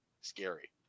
scary